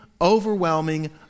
overwhelming